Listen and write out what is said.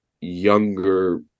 younger